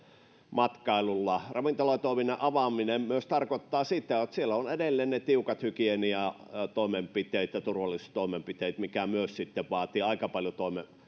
matkailulla ravintolatoiminnan avaaminen myös tarkoittaa sitä että siellä ovat edelleen ne tiukat hygieniatoimenpiteet ja turvallisuustoimenpiteet mikä myös sitten vaatii aika paljon